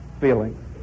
feeling